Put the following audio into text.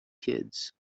kids